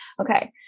okay